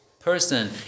Person